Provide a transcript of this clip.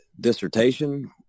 dissertation